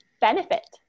benefit